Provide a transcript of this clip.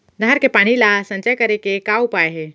नहर के पानी ला संचय करे के का उपाय हे?